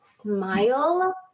Smile